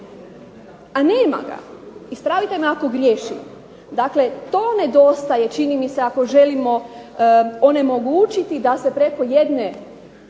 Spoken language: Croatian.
a nema ga. Ispravite me ako griješim. Dakle, to nedostaje čini mi se ako želimo onemogućiti da se preko jedne